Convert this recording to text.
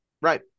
Right